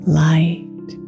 light